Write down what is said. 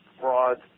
fraud